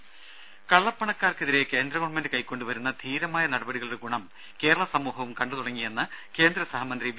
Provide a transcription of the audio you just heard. ദേദ കള്ളപ്പണക്കാർക്കെതിരെ കേന്ദ്ര ഗവൺമെന്റ് കൈക്കൊണ്ടുവരുന്ന ധീരമായ നടപടികളുടെ ഗുണം കേരള സമൂഹവും കണ്ടുതുടങ്ങിയെന്ന് കേന്ദ്ര സഹമന്ത്രി വി